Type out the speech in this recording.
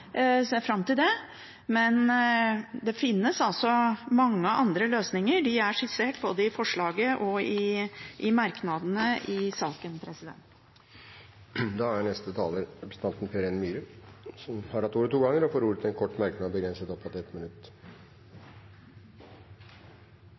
ser fram til det. Det finnes altså mange andre løsninger, og de er skissert både i forslaget og i merknadene i saken. Representanten Peter N. Myhre har hatt ordet to ganger tidligere og får ordet til en kort merknad, begrenset til 1 minutt.